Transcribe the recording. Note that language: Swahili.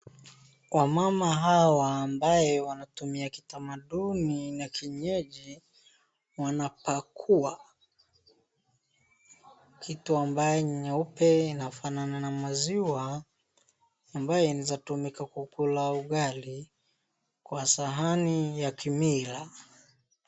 Wamama hawa ambaye wanatumia kitamaduni na kienyeji, wanapakua kitu ambaye ni nyeupe inafanana na maziwa ambayo inaezatumika kukula ugali kwa sahani ya kimila.